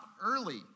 early